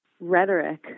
rhetoric